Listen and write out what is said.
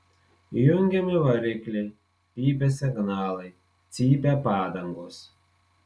įjungiami varikliai pypia signalai cypia padangos